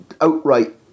outright